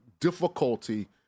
difficulty